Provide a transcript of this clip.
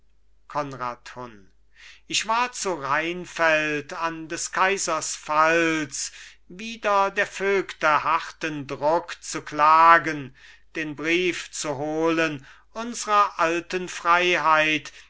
ich war zu rheinfeld an des kaisers pfalz wider der vögte harten druck zu klagen den brief zu holen unsrer alten freiheit